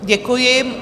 Děkuji.